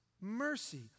mercy